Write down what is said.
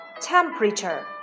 Temperature